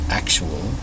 actual